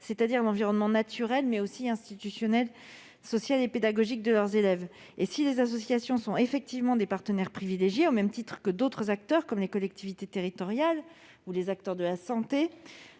c'est-à-dire à l'environnement non seulement naturel, mais encore institutionnel, social et pédagogique de leurs élèves. Or, si les associations sont effectivement des partenaires privilégiés, au même titre que d'autres acteurs- les collectivités territoriales ou les acteurs de la santé